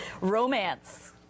Romance